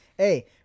Hey